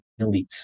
elites